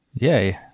Yay